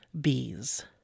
Bees